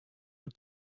der